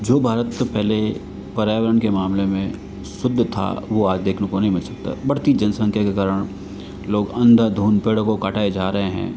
जो भारत पहले पर्यावरण के मामले मे शुद्ध था वो आज मे शुद्ध है बढ़ती जनसंख्या के कारण लोग अंधाधुंध पेड़ों को काटे जा रहे है